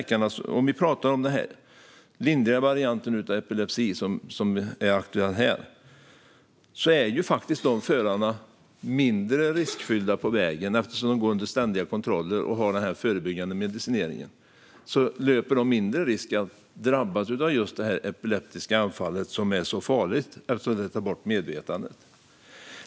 Om vi pratar om den lindriga variant av epilepsi som är aktuell här är dessa förare faktiskt mindre riskabla på vägen. Eftersom de går på ständiga kontroller och har en förebyggande medicinering löper de mindre risk att drabbas av just det epileptiska anfall som är så farligt eftersom det tar bort medvetandet.